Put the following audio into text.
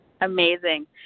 Amazing